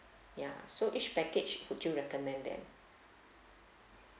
ya so which package would you recommend then